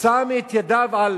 שם את ידיו על